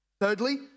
Thirdly